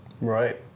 Right